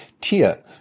tier